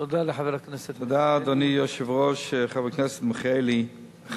תודה לחבר הכנסת מיכאלי.